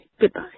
Goodbye